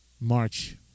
March